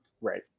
Right